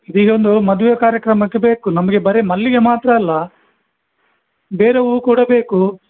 ಇದೀಗ ಒಂದು ಮದುವೆ ಕಾರ್ಯಕ್ರಮಕ್ಕೆ ಬೇಕು ನಮಗೆ ಬರಿ ಮಲ್ಲಿಗೆ ಮಾತ್ರ ಅಲ್ಲ ಬೇರೆ ಹೂವು ಕೂಡ ಬೇಕು